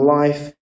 life